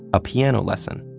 a piano lesson.